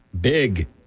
Big